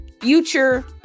Future